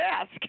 ask